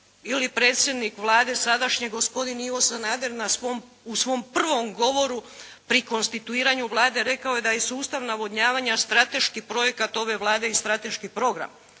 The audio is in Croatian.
ili predsjednik Vlade sadašnje gospodin Ivo Sanader u svom prvom govoru pri konstituiranju Vlade, rekao je da je sustav navodnjavanja strateški projekat ove Vlade i strateški program.